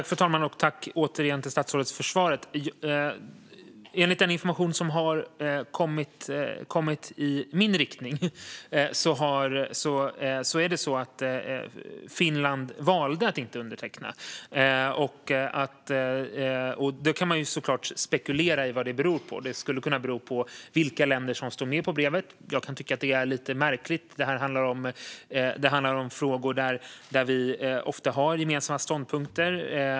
Fru talman! Tack återigen, statsrådet, för svaret! Enligt den information som kommit i min riktning valde Finland att inte underteckna. Vad det beror på kan man förstås spekulera i. Det skulle kunna bero på vilka länder som står med i brevet. Jag kan tycka att det är lite märkligt. Det handlar om frågor där vi ofta har gemensamma ståndpunkter.